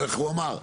איך הוא אמר?